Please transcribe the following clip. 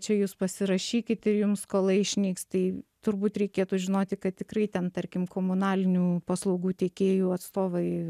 čia jūs pasirašykit ir jum skola išnyks tai turbūt reikėtų žinoti kad tikrai ten tarkim komunalinių paslaugų teikėjų atstovai